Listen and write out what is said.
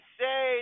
say